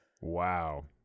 Wow